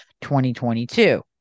2022